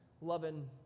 loving